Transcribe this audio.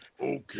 Okay